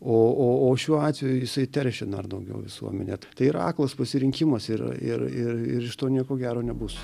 o o o šiuo atveju jisai teršia dar daugiau visuomenę tai yra aklas pasirinkimas ir ir ir ir iš to nieko gero nebus